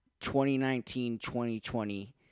2019-2020